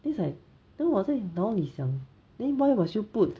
then is like then 我在脑里想 then why must you put